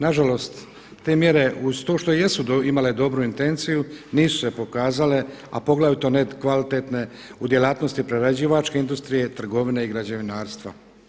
Nažalost te mjere uz to što i jesu imale dobru intenciju nisu se pokazale a poglavito ne kvalitetne u djelatnosti prerađivačke industrije, trgovine i građevinarstva.